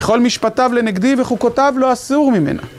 וכל משפטיו לנגדי וחוקותיו לא אסור ממנה